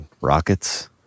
rockets